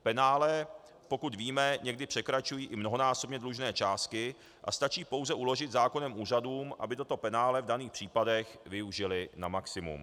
Penále, pokud víme, někdy překračují i mnohonásobně dlužné částky a stačí pouze uložit zákonem úřadům, aby toto penále v daných případech využily na maximum.